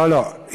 לא, לא.